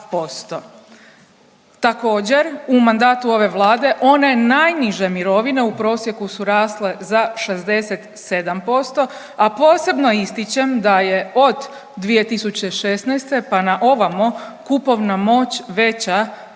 Također u mandatu ove Vlade one najniže mirovine u prosjeku su rasle za 67%, a posebno ističem da je od 2016. pa na ovamo kupovna moć veća